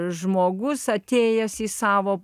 žmogus atėjęs į savo